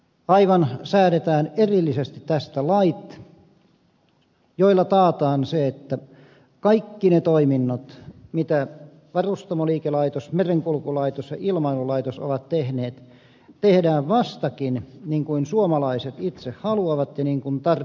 aivan säädetään erillisesti tästä lait joilla taataan se että kaikki ne toiminnot mitä varustamoliikelaitos merenkulkulaitos ja ilmailulaitos ovat tehneet tehdään vastakin niin kuin suomalaiset itse haluavat ja niin kuin tarpeet edellyttävät